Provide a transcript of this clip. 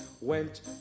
went